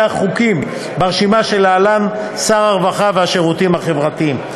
החוקים ברשימה שלהלן לשר הרווחה והשירותים החברתיים: